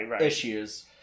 issues